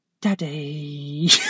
daddy